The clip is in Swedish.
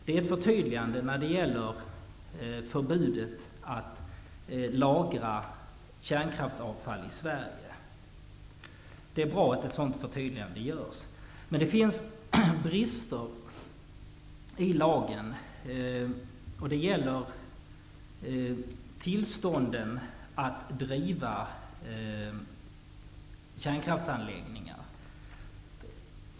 Det är ett förtydligande när det gäller förbudet att lagra kärnkraftsavfall i Sverige. Det är bra att ett sådant förtydligande görs. Det finns brister i lagen. Det gäller tillstånden att driva kärnkraftsanläggningar.